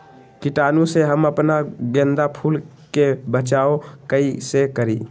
कीटाणु से हम अपना गेंदा फूल के बचाओ कई से करी?